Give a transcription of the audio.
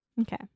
Okay